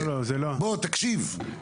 בוא, תקשיב.